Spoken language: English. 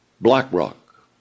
BlackRock